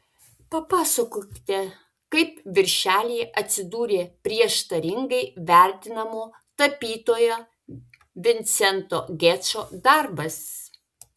papasakokite kaip viršelyje atsidūrė prieštaringai vertinamo tapytojo vincento gečo darbas